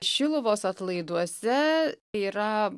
šiluvos atlaiduose yra